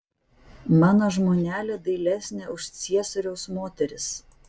mano žmonelė dailesnė už ciesoriaus moteris